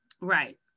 Right